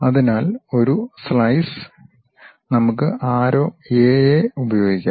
അതിനാൽ ഒരു സ്ലൈസ്ന് നമുക്ക് ആരോ എ എ ഉപയോഗിക്കാം